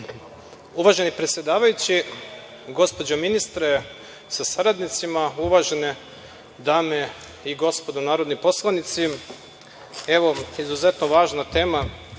predsedavajući. Gospođo ministre sa saradnicima, uvažene dame i gospodo narodni poslanici, izuzetno važna tema,